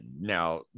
now